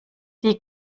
die